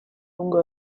lunghe